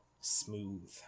Smooth